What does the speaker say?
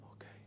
Okay